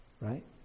Right